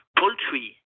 poultry